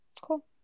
Cool